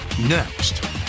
next